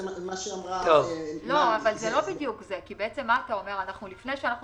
זה לא בדיוק זה כי בעצם אתה אומר: לפני שמשלמים